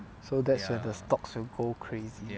so that's when the stocks will go crazy